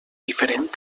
diferent